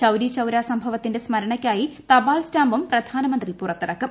ചൌരി ചൌര സംഭവത്തിന്റെ സ്മരണയ്ക്കായി തപാൽസ്റ്റാമ്പും പ്രധാനമന്ത്രി പുറത്തിറക്കും